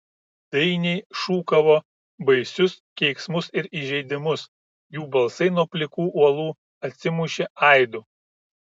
dainiai šūkavo baisius keiksmus ir įžeidimus jų balsai nuo plikų uolų atsimušė aidu